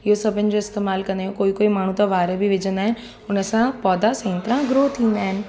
इहो सभिनि जो इस्तेमालु कंदा आहियूं कोई कोई माण्हू त वार बि विझंदा आहिनि उन सां पौधा चङी तरह ग्रो थींदा आहिनि